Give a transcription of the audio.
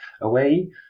away